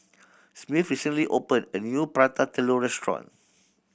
Smith recently opened a new Prata Telur restaurant